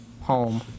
Home